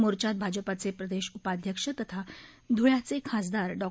मोर्चात भाजपाचे प्रदेश उपाध्यक्ष तथा धुळ्याचे खासदार डॉ